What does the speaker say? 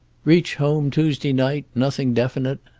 reach home tuesday night. nothing definite.